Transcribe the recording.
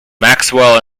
maxwell